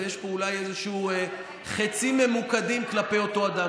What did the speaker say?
ויש פה אולי איזשהם חיצים ממוקדים כלפי אותו אדם?